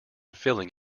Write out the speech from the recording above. filling